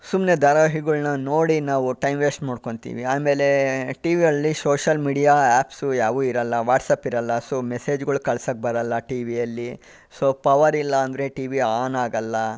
ಸುಮ್ಮನೆ ಧಾರವಾಹಿಗಳನ್ನ ನೋಡಿ ನಾವು ಟೈಮ್ ವೇಷ್ಟ್ ಮಾಡ್ಕೋತೀವಿ ಆಮೇಲೆ ಟಿ ವಿಯಲ್ಲಿ ಶೋಶಿಯಲ್ ಮೀಡಿಯಾ ಆ್ಯಪ್ಸು ಯಾವು ಇರಲ್ಲ ವಾಟ್ಸಪ್ ಇರಲ್ಲ ಸೊ ಮೆಸೇಜ್ಗಳು ಕಳ್ಸೋಕೆ ಬರಲ್ಲ ಟಿ ವಿಯಲ್ಲಿ ಸೊ ಪವರಿಲ್ಲ ಅಂದರೆ ಟಿ ವಿ ಆನ್ ಆಗಲ್ಲ